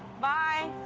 bye!